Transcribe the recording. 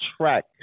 track